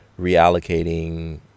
reallocating